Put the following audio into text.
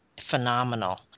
phenomenal